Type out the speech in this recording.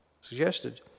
suggested